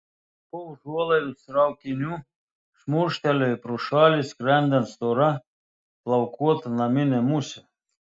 po užuolaidos raukiniu šmurkštelėjo pro šalį skrendanti stora plaukuota naminė musė